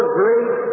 great